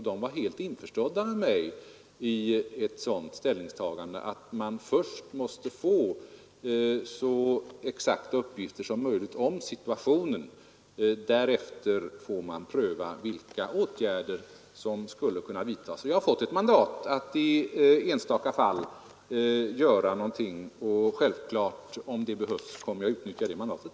De var helt införstådda med mig i ställningstagandet att det måste finnas så exakta uppgifter som möjligt om situationen innan man kan pröva vilka åtgärder som skulle kunna vidtagas. Jag har fått ett mandat att vidta åtgärder i enstaka fall, och om det behövs kommer jag självfallet att utnyttja det mandatet.